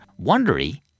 Wondery